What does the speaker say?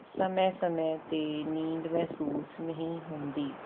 ਸਮੇਂ ਸਮੇਂ 'ਤੇ ਨੀਂਦ ਮਹਿਸੂਸ ਨਹੀਂ ਹੁੰਦੀ